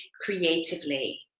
creatively